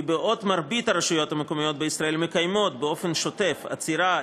כי בעוד מרבית הרשויות המקומיות בישראל מקיימות באופן שוטף אצירה,